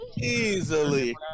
Easily